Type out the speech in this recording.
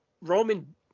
Roman